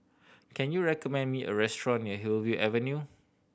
can you recommend me a restaurant near Hillview Avenue